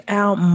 out